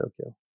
Tokyo